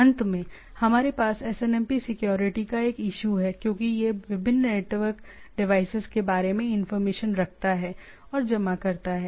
अंत में हमारे पास एसएनएमपी सिक्योरिटी का एक इश्यू है क्योंकि यह विभिन्न नेटवर्क डिवाइसेज के बारे में इंफॉर्मेशन रखता है और जमा करता है